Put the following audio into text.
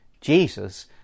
Jesus